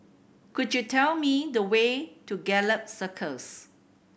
could you tell me the way to Gallop Circus